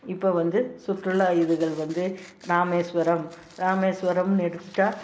இப்போ வந்து சுற்றுல்லா இதுகள் வந்து ராமேஸ்வரம் ராமேஸ்வரம்னு எடுத்துட்டால்